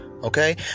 Okay